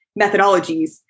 methodologies